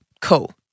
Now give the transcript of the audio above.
cool